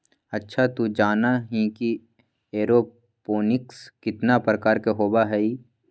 अच्छा तू जाना ही कि एरोपोनिक्स कितना प्रकार के होबा हई?